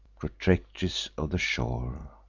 protectress of the shore.